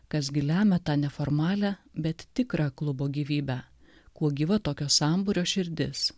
kas gi lemia tą neformalią bet tikrą klubo gyvybę kuo gyva tokio sambūrio širdis